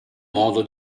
modo